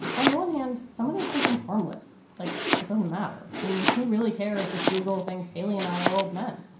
on the one hand, some of those can seem harmless, like it doesn't matter. i mean, who really cares if google thinks hayley and i are old men?